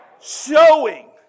showing